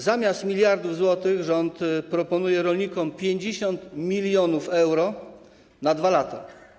Zamiast miliardów złotych rząd proponuje rolnikom 50 mln euro na 2 lata.